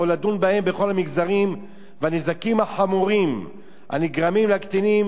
והנזקים החמורים הנגרמים לקטינים אינם ניתנים לתיקון.